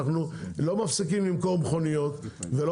אנחנו לא מפסיקים למכור מכוניות ולא